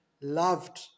loved